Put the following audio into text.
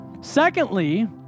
Secondly